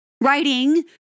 writing